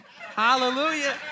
Hallelujah